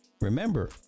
Remember